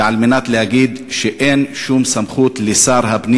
ועל מנת להגיד שאין שום סמכות לשר הפנים